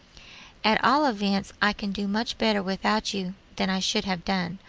at all events, i can do much better without you than i should have done,